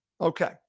Okay